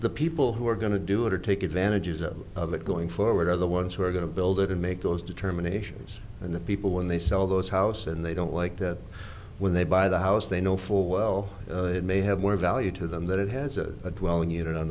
the people who are going to do it or take advantages of it going forward are the ones who are going to build it and make those determinations and the people when they sell those house and they don't like that when they buy the house they know full well it may have more value to them that it has a